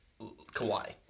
Kawhi